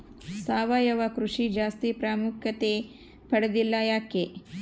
ಸಾವಯವ ಕೃಷಿ ಜಾಸ್ತಿ ಪ್ರಾಮುಖ್ಯತೆ ಪಡೆದಿಲ್ಲ ಯಾಕೆ?